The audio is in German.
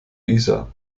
isar